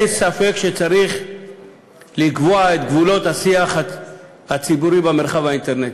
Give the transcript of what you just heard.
אין ספק שצריך לקבוע את גבולות השיח הציבורי במרחב האינטרנטי.